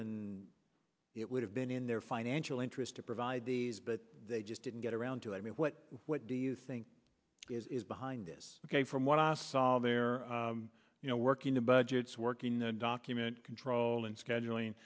and it would have been in their financial interest to provide these but they just didn't get around to i mean what what do you think is behind this ok from what i saw there you know working the budgets working document control and scheduling